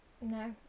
No